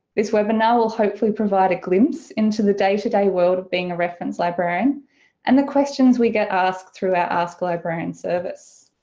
this webinar will hopefully provide a glimpse into the day-to-day world of being a reference librarian and the questions we get asked through our ask a librarian service.